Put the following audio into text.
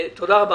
תודה רבה.